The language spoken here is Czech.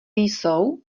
jsou